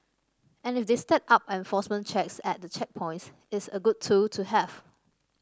and if they step up enforcement checks at the checkpoints it's a good tool to have